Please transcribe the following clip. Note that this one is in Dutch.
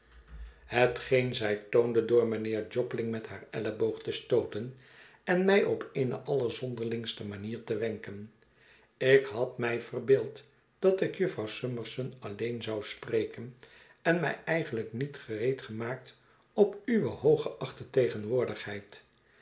hetgeen zij toonde door mijnheer jobling met haar elleboog te stooten en mij op eene allerzonderlingste manier te wenken ik had mij verbeeld dat ik jufvrouw summerson alleen zou spreken en mij eigenlijk niet gereedgemaakt op uwe hooggeachte tegenwoordigheid